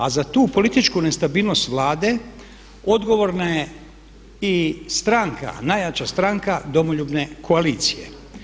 A za tu političku nestabilnost Vlade odgovorna je i stranka, najjača stranka Domoljubne koalicije.